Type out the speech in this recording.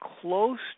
close